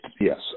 yes